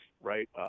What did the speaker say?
right